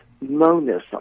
monism